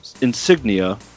insignia